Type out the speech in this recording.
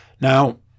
Now